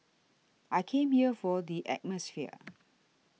I came here for the atmosphere